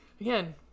Again